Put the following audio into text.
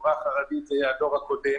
החברה החרדית היא מהדור הקודם,